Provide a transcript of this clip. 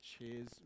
cheers